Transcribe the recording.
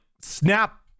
snap